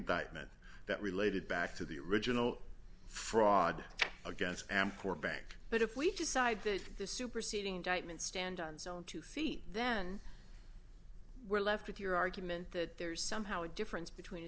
indictment that related back to the original fraud against and for bank but if we decide that the superseding indictment stand on its own two feet then we're left with your argument that there's somehow a difference between a